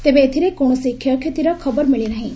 ତେବେ ଏଥିରେ କୌଣସି କ୍ଷୟକ୍ଷତିର ଖବର ମିଳି ନାହିଁ